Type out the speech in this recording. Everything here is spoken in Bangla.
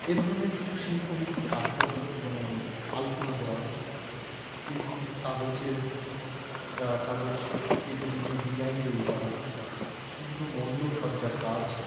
এই ধরনের কিছু শিল্পভিত্তিক কাজগুলো হলো যেমন আল্পনা দেওয়া বিভিন্ন কাগজের কাগজ কেটে বিভিন্ন ডিজাইন তৈরি করা বিভিন্ন মণ্ডপসজ্জার কাজ